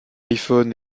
iphone